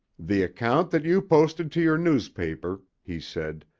the account that you posted to your newspaper, he said,